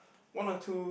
one or two